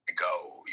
go